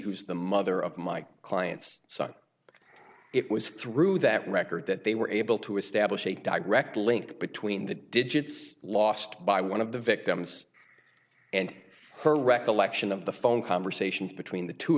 was the mother of my client's son it was through that record that they were able to establish a direct link between the digits lost by one of the victims and her recollection of the phone conversations between the two